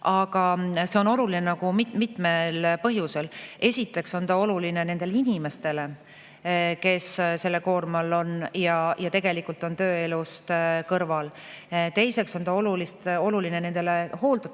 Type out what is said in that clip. aga see on oluline mitmel põhjusel. Esiteks on ta oluline nendele inimestele, kes selle koorma all on ja tegelikult on tööelust kõrval. Teiseks on ta oluline nendele hooldatavatele